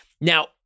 Now